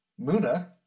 Muna